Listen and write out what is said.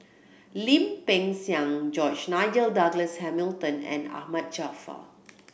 Lim Peng Siang George Nigel Douglas Hamilton and Ahmad Jaafar